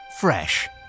fresh